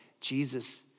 Jesus